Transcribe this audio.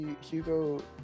Hugo